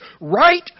right